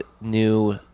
new